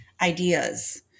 ideas